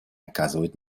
оказывают